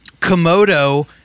Komodo